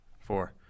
four